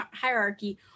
hierarchy